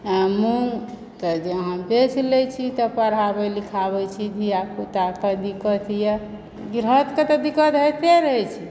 मूँग तऽ जे हम बेच लए छी तऽ पढ़ाबै लिखाबै छी धिया पूताके दिक्कत होइए गिरहस्थके तऽ दिक्कत होइते रहए छै